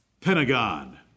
Pentagon